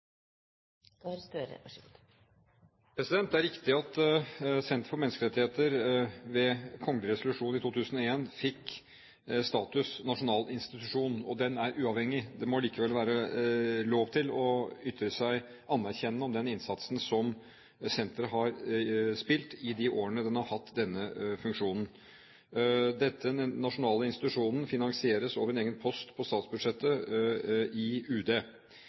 Det er riktig at Norsk senter for menneskerettigheter ved kgl. resolusjon i 2001 fikk status som nasjonal institusjon, og den er uavhengig. Det må allikevel være lov til å ytre seg anerkjennende om den innsatsen som senteret har gjort i de årene det har hatt denne funksjonen. Denne nasjonale institusjonen finansieres over en egen post på statsbudsjettet i UD.